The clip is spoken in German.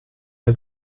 der